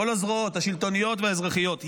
כל הזרועות השלטוניות והאזרחיות,